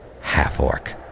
half-orc